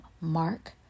Mark